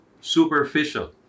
superficial